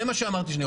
זה מה שאני אמרתי.